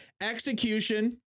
execution